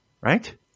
right